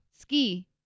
Ski